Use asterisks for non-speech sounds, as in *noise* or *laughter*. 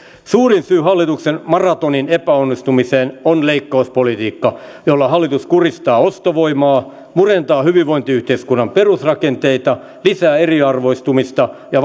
suurin syy hallituksen maratonin epäonnistumiseen on leikkauspolitiikka jolla hallitus kuristaa ostovoimaa murentaa hyvinvointiyhteiskunnan perusrakenteita lisää eriarvoistumista ja *unintelligible*